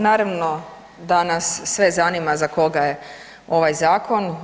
Naravno da nas sve zanima za koga je ovaj zakon.